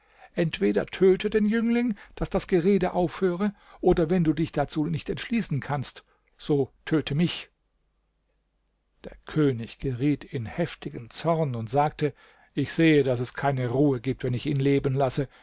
entweder töte den jüngling daß das gerede aufhöre oder wenn du dich dazu nicht entschließen kannst so töte mich der könig geriet in heftigen zorn und sagte ich sehe daß es keine ruhe gibt wenn ich ihn leben lasse